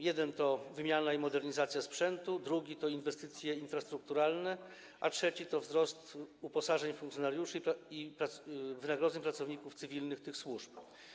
Jeden to wymiana i modernizacja sprzętu, drugi to inwestycje infrastrukturalne, a trzeci to wzrost uposażeń funkcjonariuszy i wynagrodzeń pracowników cywilnych tych służb.